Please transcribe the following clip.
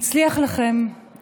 אם תלכו לסופר,